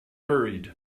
buried